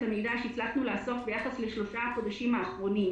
המידע שהצלחנו לאסוף ביחס לשלושה החודשים האחרונים,